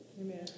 Amen